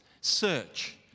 search